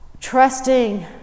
trusting